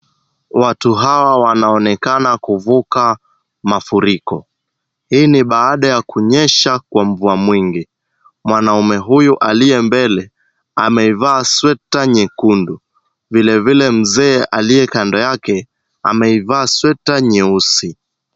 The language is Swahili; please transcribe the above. Watu hawa wanaonekana kuvuka mafuriko. Hii ni baada ya kunyesha kwa mvua mwingi. Mwanaume huyu aliye mbele ameivaa sweta nyekundu. Vilevile mzee aliye kando yake ameivaa sweta nyeusi.